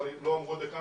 אני הודיתי לו על זה,